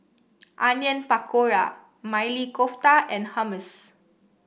Onion Pakora Maili Kofta and Hummus